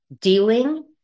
dealing